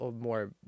more